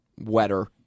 wetter